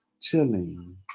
chilling